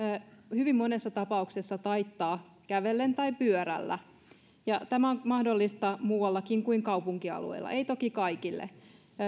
hyvin monessa tapauksessa taittaa kävellen tai pyörällä ja tämä on mahdollista muuallakin kuin kaupunkialueilla ei toki kaikille